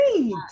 great